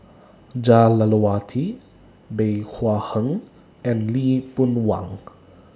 Jah Lelawati Bey Hua Heng and Lee Boon Wang